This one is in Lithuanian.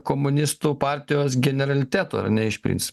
komunistų partijos generalitetu ar ne iš principo